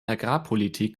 agrarpolitik